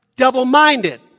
double-minded